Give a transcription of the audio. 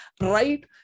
Right